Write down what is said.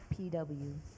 PW